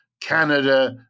Canada